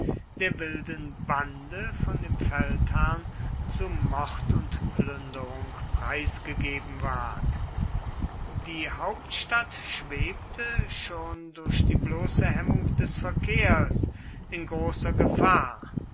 der wilden bande von dem feldherrn zu mord und plünderung preisgegeben ward die hauptstadt schwebte schon durch die bloße hemmung des verkehrs in großer gefahr